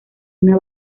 una